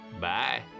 Bye